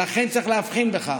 צריך להבחין בכך.